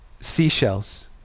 Seashells